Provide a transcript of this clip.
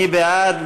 מי בעד?